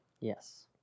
Yes